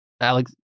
Alex